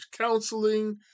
Counseling